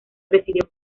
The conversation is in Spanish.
presidido